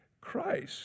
Christ